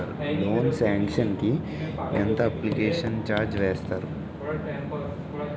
Loan sanction కి ఎంత application charge వేస్తారు?